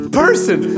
person